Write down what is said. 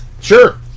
Sure